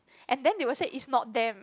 and then they will said is not them